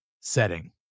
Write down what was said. setting